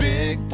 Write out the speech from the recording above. Big